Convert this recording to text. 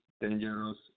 dangerous